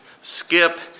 skip